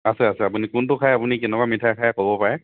আছে আছে আপুনি কোনটো খায় আপুনি কেনেকুৱা মিঠাই খায় ক'ব পাৰে